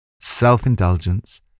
Self-indulgence